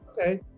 okay